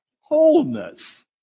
Wholeness